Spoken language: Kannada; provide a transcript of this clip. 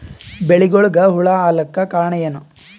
ಬೆಳಿಗೊಳಿಗ ಹುಳ ಆಲಕ್ಕ ಕಾರಣಯೇನು?